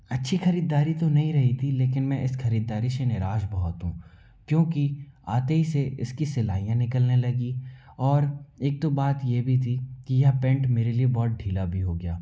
अच्छी खरीददारी तो नहीं रही थी लेकिन मैं इस खरीददारी से निराश बहुत हूँ क्योंकि आते ही से इसकी सिलाईयाँ निकलने लगी और एक दो बात ये भी थी कि यह पैन्ट मेरे लिए बहुत ढीला भी हो गया